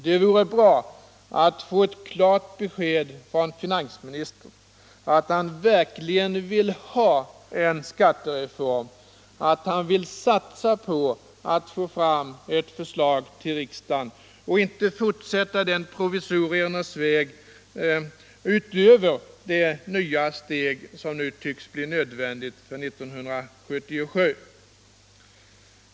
Det vore bra att få ett klart besked från finansministern, att han verkligen vill ha en skattereform, att han vill satsa på att få fram ett förslag till riksdagen och inte vill fortsätta provisoriernas väg också utöver det nya steg som nu blir nödvändigt för 1977.